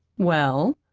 well?